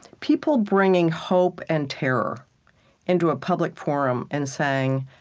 people bringing hope and terror into a public forum and saying,